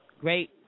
great